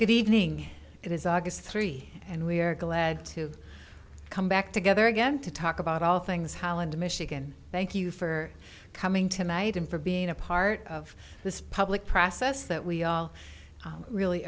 good evening it is august three and we are glad to come back together again to talk about all things holland michigan thank you for coming tonight and for being a part of this public process that we all really